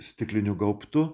stikliniu gaubtu